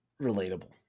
relatable